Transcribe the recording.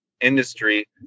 industry